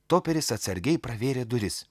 toperis atsargiai pravėrė duris